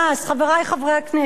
חברי חברי הכנסת,